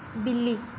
ਬਿੱਲੀ